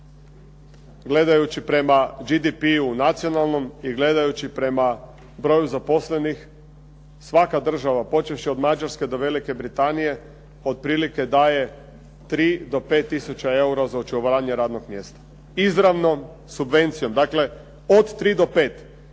gledajući JGP-u nacionalnom i gledajući prema broju zaposlenih, svaka država počevši od Mađarske do Velike Britanije otprilike daje 3 do 5 tisuća eura za očuvanje radnog mjesta. Izravnom subvencijom, dakle od 3 do 5.